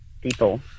people